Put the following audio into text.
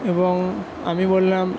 এবং আমি বললাম